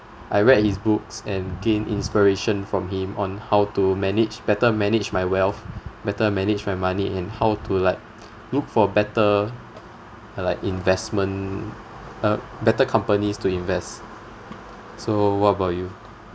I read his books and gained inspiration from him on how to manage better manage my wealth better manage my money and how to like look for better like investment uh better companies to invest so what about you